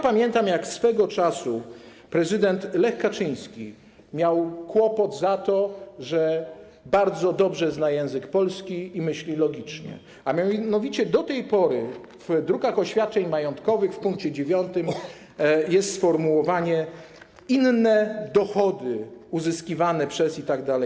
Pamiętam, jak swego czasu prezydent Lech Kaczyński miał kłopot z powodu tego, że bardzo dobrze zna język polski i myśli logicznie, a mianowicie do tej pory w drukach oświadczeń majątkowych w pkt IX jest sformułowanie „Inne dochody uzyskiwane przez” itd.